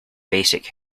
basic